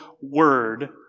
word